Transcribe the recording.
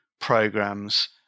programs